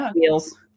wheels